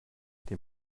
den